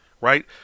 right